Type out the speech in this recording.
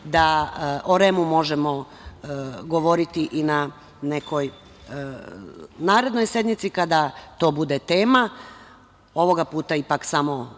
da o REM možemo govoriti i na nekoj narednoj sednici kada to bude tema. Ovoga puta ipak samo